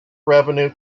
revenue